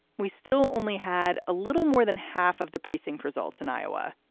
we still only had a little more than half of the precinct results in iowa,